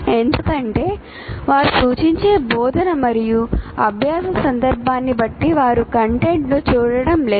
ఎందుకంటే వారు సూచించే బోధన మరియు అభ్యాస సందర్భాన్ని బట్టి వారు కంటెంట్ను చూడటం లేదు